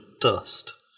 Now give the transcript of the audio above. dust